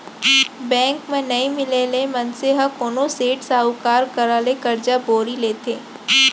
bank म नइ मिलय ले मनसे ह कोनो सेठ, साहूकार करा ले करजा बोड़ी लेथे